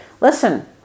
listen